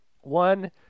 One